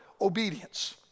obedience